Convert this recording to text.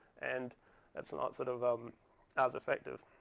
and that's not sort of um as effective.